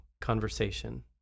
conversation